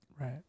Right